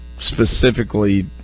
specifically